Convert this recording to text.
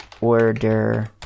order